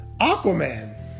Aquaman